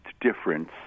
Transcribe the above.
difference